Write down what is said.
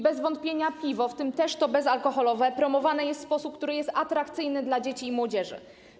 Bez wątpienia piwo, w tym też to bezalkoholowe, promowane jest w sposób, który jest atrakcyjny dla dzieci i młodzieży.